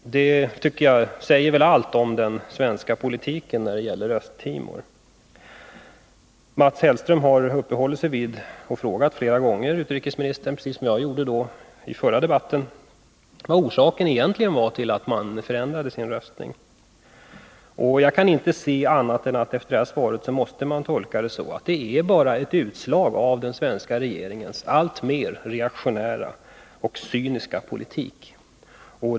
Det tycker jag säger allt om den svenska politiken när det gäller Östtimor. Mats Hellström har frågat utrikesministern flera gånger, precis som jag gjorde i den förra debatten, vad orsaken egentligen var till att man förändrade sin röstning. Jag kan inte se annat efter detta svar än att det är ett utslag av den svenska regeringens alltmer reaktionära och cyniska politik.